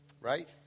right